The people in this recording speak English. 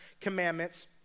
commandments